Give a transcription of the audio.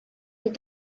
with